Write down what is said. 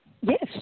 Yes